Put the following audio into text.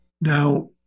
now